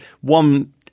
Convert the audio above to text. one